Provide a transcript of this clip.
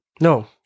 No